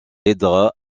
aidera